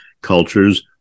cultures